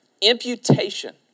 imputation